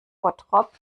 bottrop